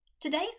Today